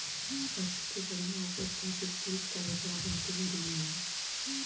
फसल के बढ़िया उपज खातिर कीट क बचाव बहुते जरूरी होला